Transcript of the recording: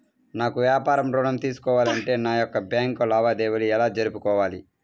నాకు వ్యాపారం ఋణం తీసుకోవాలి అంటే నా యొక్క బ్యాంకు లావాదేవీలు ఎలా జరుపుకోవాలి?